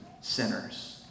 sinners